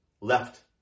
left